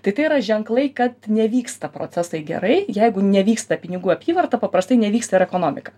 tai tai yra ženklai kad nevyksta procesai gerai jeigu nevyksta pinigų apyvarta paprastai nevyksta ir ekonomika